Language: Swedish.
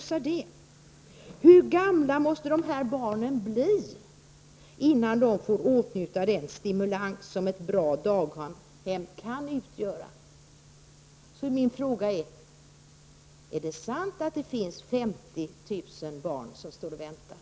Hur gamla måste barnen bli innan de får åtnjuta den stimulans som ett bra daghem kan utgöra? Min fråga är alltså: Är det sant att det finns 50 000 barn som står och väntar?